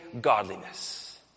godliness